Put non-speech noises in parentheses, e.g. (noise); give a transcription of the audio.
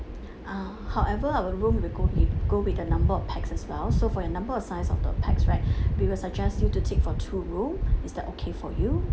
uh however our room will go with go with the number of pax as well so for your number of size of the pax right (breath) we will suggest you to take for two room is that okay for you